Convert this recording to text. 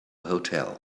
hotel